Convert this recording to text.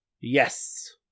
Yes